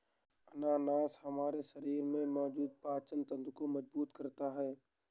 अनानास हमारे शरीर में मौजूद पाचन तंत्र को मजबूत करता है